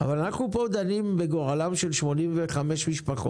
אבל אנחנו פה דנים בגורלם של 85 משפחות